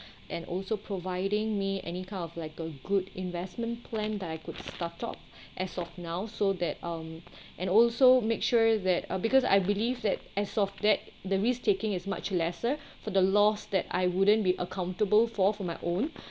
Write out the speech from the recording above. and also providing me any kind of like a good investment plan that I could startup as of now so that um and also make sure that uh because I believe that as of that the risk taking is much lesser for the loss that I wouldn't be accountable for for my own